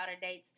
dates